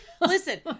Listen